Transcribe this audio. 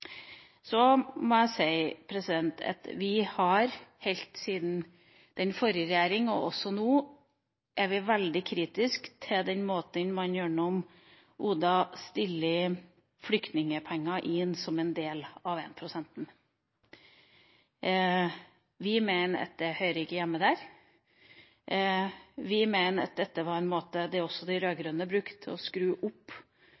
så viktig lokalsamfunn, tror jeg at Norge hadde stått seg på internasjonalt hvis vi hadde klart å gjennomføre. Det står helt klart på Venstres ønskeliste. Jeg må si at vi, helt siden forrige regjering, men også nå, er veldig kritiske til den måten man gjennom ODA fører flyktningepenger inn som en del av 1 pst.-målet. Vi mener at det ikke hører hjemme der. Vi mener at